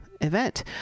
event